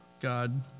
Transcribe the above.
God